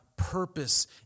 purpose